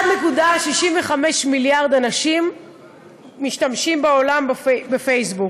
1.65 מיליארד אנשים בעולם משתמשים בפייסבוק.